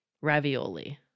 Ravioli